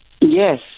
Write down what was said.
Yes